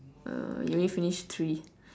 uh you only finished three